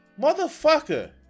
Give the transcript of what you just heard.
motherfucker